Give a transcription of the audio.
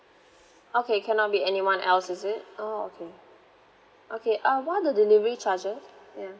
okay cannot be anyone else is it oh okay okay um what are the delivery charges ya